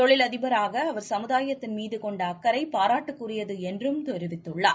தொழிலதிபராக அவர் சமுதாயத்தின் மீது கொண்ட அக்கறை பாராட்டுக்குரியது என்றும் தெரிவித்துள்ளார்